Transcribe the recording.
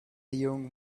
young